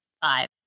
five